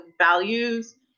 values